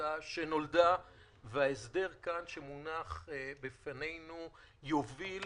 ביצה שנולדה ושההסדר שמונח כאן בפנינו יוביל